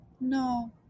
No